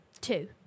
two